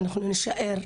ואנחנו נישאר,